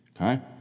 Okay